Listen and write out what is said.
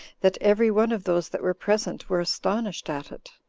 that every one of those that were present were astonished at it.